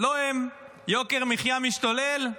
לא הם, יוקר מחייה משתולל?